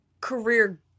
career